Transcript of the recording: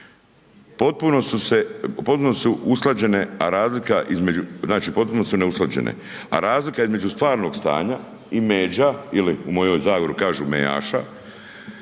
potpuno su neusklađene, a razlika između stvarnog stanja i međa ili u mojoj Zagori kažu mejaša,